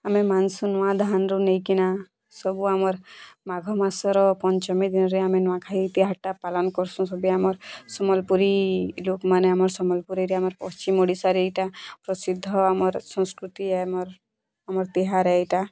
ମାନେ ମାନ୍ସୁଁ ନୂଆଁ ଧାନ୍ରୁ ନେଇକିନା ସବୁ ଆମର୍ ମାଘ ମାସର ପଞ୍ଚମୀ ଗୁର୍ରେ ଆମେ ନୂଆଁଖାଇ ତିହାର୍ଟା ପାଲନ୍ କରସୁଁ ସବୁ ଆମର୍ ସମ୍ବଲପୁରୀ ଲୋକ୍ମାନେ ଆମର୍ ସମ୍ବଲପୁରୀ ଆମର୍ ପଶ୍ଚିମ ଓଡ଼ିଶାରେ ଏଇଟା ପ୍ରସିଦ୍ଧ ଆମର୍ ସାସ୍କୃତି ଆମର୍ ଆମର୍ ତେହାର୍ ଏଇଟା